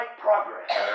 progress